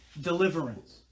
deliverance